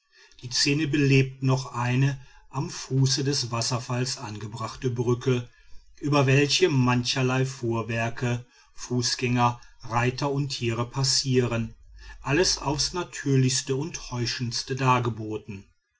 die szene belebt noch eine am fuße des wasserfalls angebrachte brücke über welche mancherlei fuhrwerke fußgänger reiter und tiere passieren alles auf's natürlichste und täuschendste dargeboten